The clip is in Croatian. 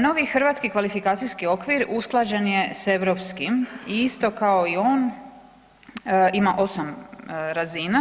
Novi Hrvatski kvalifikacijski okvir usklađen je s europskim, i isto kao i on ima 8 razina.